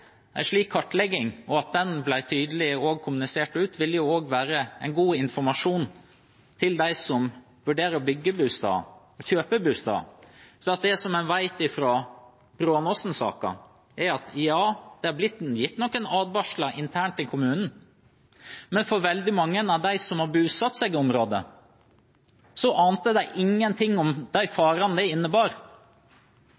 at den ble tydelig kommunisert ut, ville også være god informasjon til dem som vurderer å bygge eller kjøpe bolig. Det en vet fra Brånåsen-saken, er at det har blitt gitt noen advarsler internt i kommunen, ja, men veldig mange av dem som har bosatt seg i området, ante ingenting om de